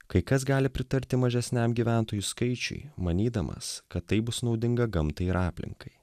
kai kas gali pritarti mažesniam gyventojų skaičiui manydamas kad tai bus naudinga gamtai ir aplinkai